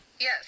Yes